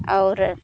और